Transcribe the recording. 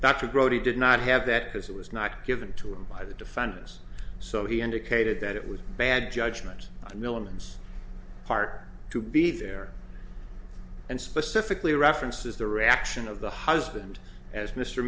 grody did not have that because it was not given to him by the defendants so he indicated that it was bad judgment militants part to be there and specifically references the reaction of the husband as m